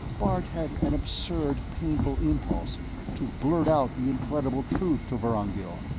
bart had an absurd, painful impulse to blurt out the incredible truth to vorongil,